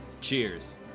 Cheers